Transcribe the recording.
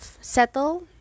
settle